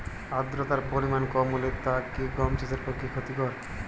আর্দতার পরিমাণ কম হলে তা কি গম চাষের পক্ষে ক্ষতিকর?